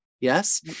Yes